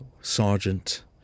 sergeant